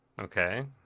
Okay